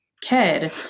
kid